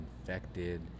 infected